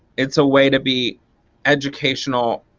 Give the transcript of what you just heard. it's a way to be educational